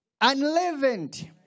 Unleavened